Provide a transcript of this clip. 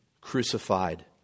crucified